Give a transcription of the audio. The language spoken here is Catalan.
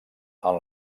amb